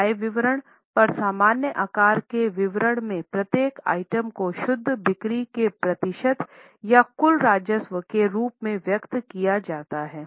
आय विवरण पर सामान्य आकार के विवरण में प्रत्येक आइटम को शुद्ध बिक्री के प्रतिशत या कुल राजस्व के रूप में व्यक्त किया जाता है